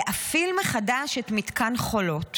להפעיל מחדש את מתקן חולות